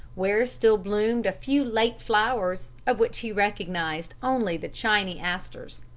where still bloomed a few late flowers, of which he recognized only the chiny asters.